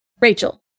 Rachel